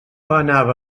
anava